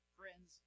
friends